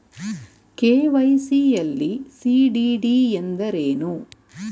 KYC ಯಲ್ಲಿ CDD ಎಂದರೇನು?